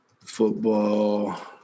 football